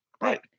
right